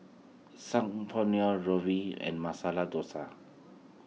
Saag Paneer and Masala Dosa